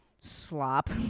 slop